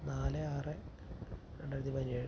നാല് ആറ് രണ്ടായിരത്തി പതിനേഴ്